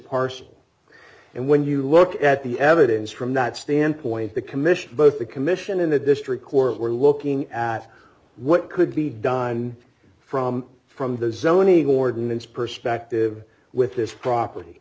parcel and when you look at the evidence from that standpoint the commission both the commission and the district court were looking at what could be done from from the zoning ordinance perspective with this property